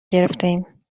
گرفتهایم